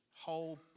whole